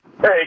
Hey